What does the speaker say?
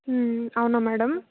మ్మ్ అవునా మేడం